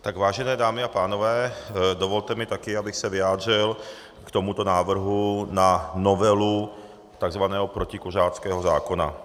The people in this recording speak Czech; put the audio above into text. Tak vážené dámy a pánové, dovolte mi taky, abych se vyjádřil k tomuto návrhu na novelu tzv. protikuřáckého zákona.